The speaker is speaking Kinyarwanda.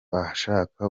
ashaka